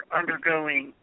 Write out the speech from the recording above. undergoing